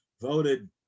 voted